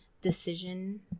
decision